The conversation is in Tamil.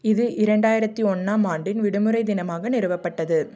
இது இரண்டாயிரத்தி ஒன்றாம் ஆண்டின் விடுமுறை தினமாக நிறுவப்பட்டது